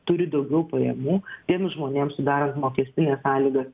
turi daugiau pajamų tiems žmonėms sudarant mokestines sąlygas